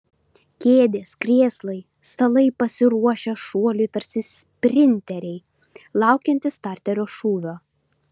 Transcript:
kėdės krėslai stalai pasiruošę šuoliui tarsi sprinteriai laukiantys starterio šūvio